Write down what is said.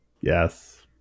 Yes